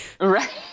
Right